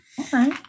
Okay